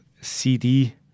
CD